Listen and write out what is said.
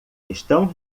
estão